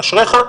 אשריך,